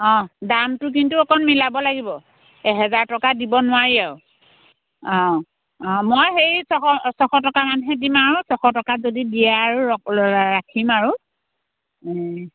অঁহ দামটো কিন্তু অকণ মিলাব লাগিব এজেহাৰ টকা দিব নোৱাৰি আৰু অঁ অঁ মই সেই ছশ ছশ টকা মানহে দিম আৰু ছশ টকাত যদি দিয়ে আৰু ল ৰা ৰাখিম আৰু